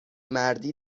مردی